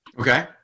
Okay